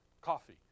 coffee